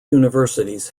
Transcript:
universities